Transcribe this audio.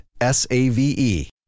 S-A-V-E